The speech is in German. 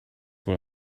wohl